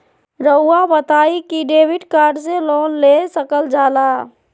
रहुआ बताइं कि डेबिट कार्ड से लोन ले सकल जाला?